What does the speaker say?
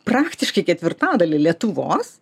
praktiškai ketvirtadalį lietuvos